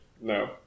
No